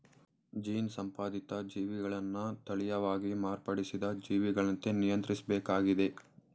gene ಸಂಪಾದಿತ ಜೀವಿಗಳನ್ನ ತಳೀಯವಾಗಿ ಮಾರ್ಪಡಿಸಿದ ಜೀವಿಗಳಂತೆ ನಿಯಂತ್ರಿಸ್ಬೇಕಾಗಿದೆ